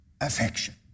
affection